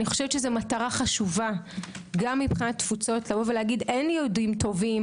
אני חושבת שזו מטרה חשובה גם מבחינת תפוצות לומר: אין יהודים טובים,